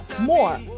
more